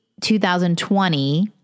2020